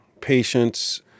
patients